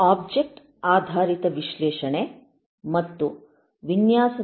object ಮಾದರಿಯ ಅಂಶಗಳು ಪ್ರಮುಖ ಮಾಡ್ಯುಲ್ಯಾರಿಟಿ ಮತ್ತು ಕ್ರಮಾನುಗತ ಒಬ್ಜೆಕ್ಟ್ ಆಧಾರಿತ ವಿಶ್ಲೇಷಣೆ ಮತ್ತು ವಿನ್ಯಾಸದ